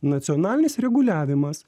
nacionalinis reguliavimas